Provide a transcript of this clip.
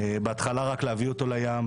בהתחלה רק להביא אותו לים,